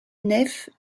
nef